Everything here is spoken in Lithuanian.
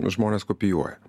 žmonės kopijuoja